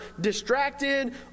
distracted